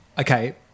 Okay